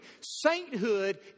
sainthood